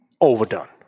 overdone